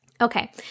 Okay